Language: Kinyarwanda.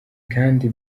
kandi